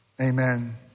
Amen